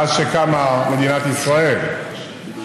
מאז שקמה מדינת ישראל,